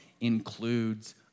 includes